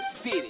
city